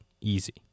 easy